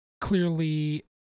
clearly